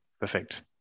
Perfect